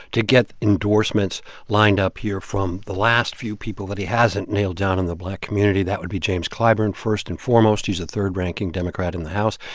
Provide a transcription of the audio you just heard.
to get endorsements lined up here from the last few people that he hasn't nailed down in the black community. that would be james clyburn, first and foremost, who's the third-ranking democrat in the house.